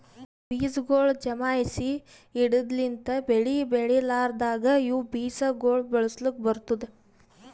ಬೀಜಗೊಳ್ ಜಮಾಯಿಸಿ ಇಡದ್ ಲಿಂತ್ ಬೆಳಿ ಬೆಳಿಲಾರ್ದಾಗ ಇವು ಬೀಜ ಗೊಳ್ ಬಳಸುಕ್ ಬರ್ತ್ತುದ